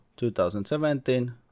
2017